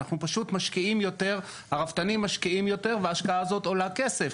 הרפתנים פשוט משקיעים יותר וההשקעה הזאת עולה כסף.